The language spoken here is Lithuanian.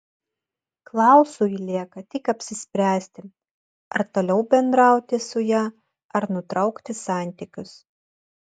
klausui lieka tik apsispręsti ar toliau bendrauti su ja ar nutraukti santykius